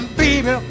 baby